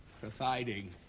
Providing